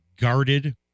guarded